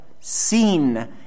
seen